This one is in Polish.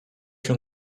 się